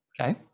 okay